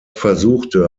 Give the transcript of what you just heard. versuchte